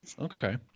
okay